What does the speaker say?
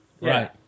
right